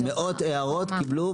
מאות הערות התקבלו,